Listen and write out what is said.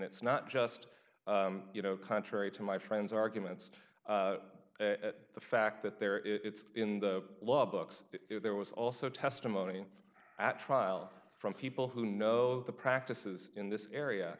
it's not just you know contrary to my friend's arguments the fact that there is in the law books there was also testimony at trial from people who know the practices in this area